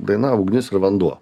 daina ugnis ir vanduo